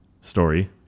story